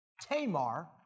Tamar